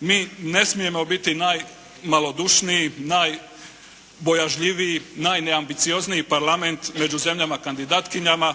Mi ne smijemo biti najmalodušniji, najbojažljiviji, najneambiciozniji Parlament među zemljama kandidatkinjama